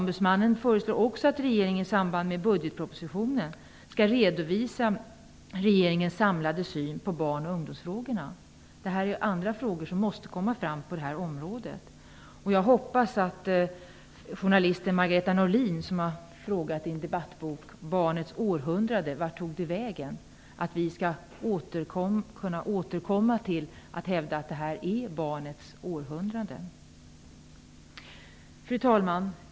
Vidare föreslår Barnombudsmannen att regeringen i samband med budgetpropositionen skall redovisa sin samlade syn på barn och ungdomsfrågorna. Det här är andra frågor som måste komma upp på detta område. Journalisten Margareta Norlin har i en debattbok om barnets århundrade frågat vart det tog vägen. Jag hoppas att vi skall kunna återkomma till detta tema och hävda att det nu är barnets århundrade. Fru talman!